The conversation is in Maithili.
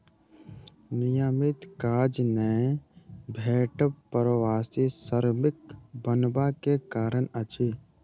नियमित काज नै भेटब प्रवासी श्रमिक बनबा के कारण अछि